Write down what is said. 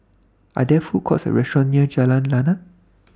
Are There Food Courts Or restaurants near Jalan Lana